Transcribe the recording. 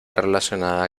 relacionada